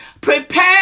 prepare